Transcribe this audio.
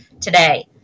today